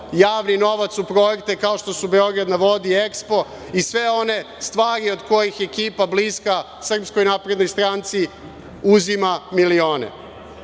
javni novac u projekte kao što su „Beograd na vodi“ i EKSPO i sve one stvari od kojih ekipa bliska Srpskoj naprednoj stranci uzima milione. Želimo